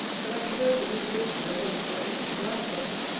that i can go to a bit of ribband, or lace, or edging, blindfold.